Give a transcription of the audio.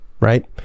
Right